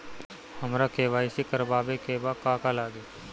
हमरा के.वाइ.सी करबाबे के बा का का लागि?